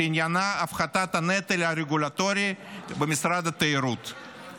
שעניינה הפחתת הנטל הרגולטורי במשרד התיירות,